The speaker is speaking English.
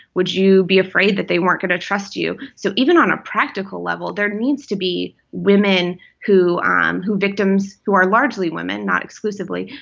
would you be afraid that they weren't going to trust you? so even on a practical level, there needs to be women who um who victims, who are largely women, not exclusively,